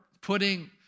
putting